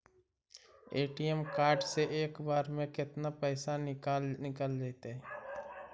ATM card से एक बार में केतना पैसा निकल जइतै?